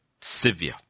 severe